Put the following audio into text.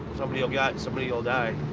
somebody will got somebody will die.